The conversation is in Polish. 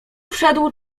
wszedł